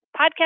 Podcast